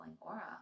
aura